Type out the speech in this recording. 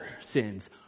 sins